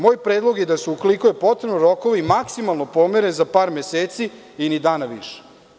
Moj predlog je da se ukoliko je potrebno rokovi maksimalno pomere za par meseci i ni dana više.